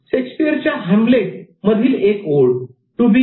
शेक्सपियरच्या 'Hamlet' एक ओळ "to be or not to B